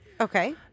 Okay